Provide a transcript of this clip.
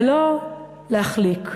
ולא להחליק.